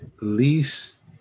least